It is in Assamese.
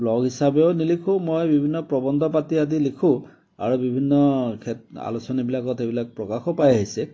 ব্লগ হিচাপেও নিলিখোঁ মই বিভিন্ন প্ৰৱন্ধ পাতি আদি লিখোঁ আৰু বিভিন্ন ক্ষেত আলোচনীবিলাকত এইবিলাক প্ৰকাশো পাই আহিছে